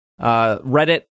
Reddit